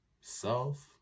self